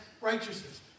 righteousness